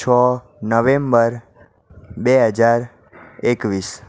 છ નવેમ્બર બે હજાર એકવીસ